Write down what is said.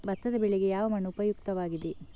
ಭತ್ತದ ಬೆಳೆಗೆ ಯಾವ ಮಣ್ಣು ಉಪಯುಕ್ತವಾಗಿದೆ?